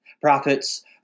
Prophets